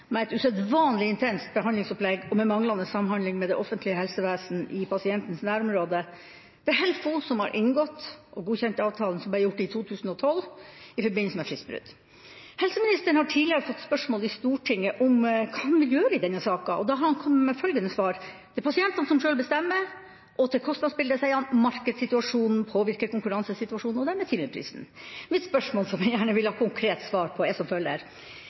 med et usedvanlig intenst behandlingsopplegg og med manglende samhandling med det offentlige helsevesen i pasientens nærområde. Det er HELFO som har inngått og godkjent avtalen som ble gjort i 2012, i forbindelse med fristbrudd. Helseministeren har tidligere fått spørsmål i Stortinget om hva han vil gjøre i denne saka. Da har han kommet med følgende svar: Det er pasientene sjøl som bestemmer. Om kostnadsbildet sier han: Markedssituasjonen påvirker konkurransesituasjonen og dermed timeprisen. Mitt spørsmål, som jeg gjerne vil ha konkret svar på, er som følger: